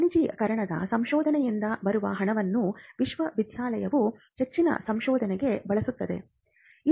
ವಾಣಿಜ್ಯೀಕರಣದ ಸಂಶೋಧನೆಯಿಂದ ಬರುವ ಹಣವನ್ನು ವಿಶ್ವವಿದ್ಯಾಲಯವು ಹೆಚ್ಚಿನ ಸಂಶೋಧನೆಗೆ ಬಳಸುತ್ತದೆ